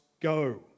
Go